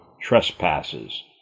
trespasses